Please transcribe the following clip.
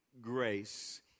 grace